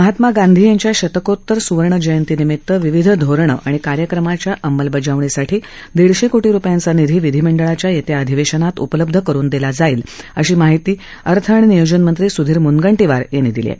महात्मा गांधीजी यांच्या शतकोतर स्वर्ण जयंतीनिमित्त विविध धोरणं आणि कार्यक्रमाच्या अंमलबजावणीसाठी दिडशे कोटी रुपयांचा निधी विधिमंडळाच्या येत्या अधिवेशनात उपलब्ध करून दिला जाईल अशी माहिती राज्याचे अर्थ आणि नियोजन मंत्री सुधीर मुनगंटीवार यांनी दिली आहे